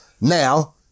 Now